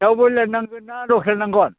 दाउ ब्रइलार नांगोनना लकेल नांगोन